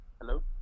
Hello